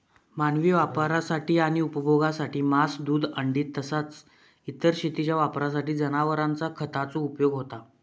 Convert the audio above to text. मानवी वापरासाठी आणि उपभोगासाठी मांस, दूध, अंडी तसाच इतर शेतीच्या वापरासाठी जनावरांचा खताचो उपयोग होता